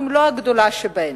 אם לא הגדולה שבהן.